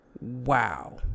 Wow